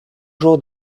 jour